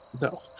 No